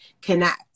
connect